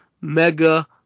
mega